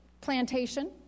plantation